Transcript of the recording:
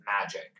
Magic